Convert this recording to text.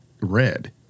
red